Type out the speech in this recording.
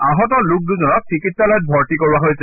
আহত লোক দুজনক চিকিৎসালয়ত ভৰ্তি কৰোৱা হৈছে